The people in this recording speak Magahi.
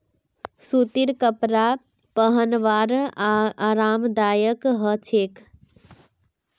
सूतीर कपरा पिहनवार आरामदायक ह छेक